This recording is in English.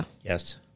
Yes